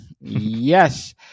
Yes